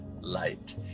light